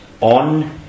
on